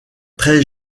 très